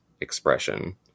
expression